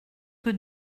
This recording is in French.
que